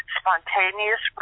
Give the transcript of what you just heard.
spontaneous